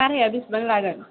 भाराया बेसबां लागोन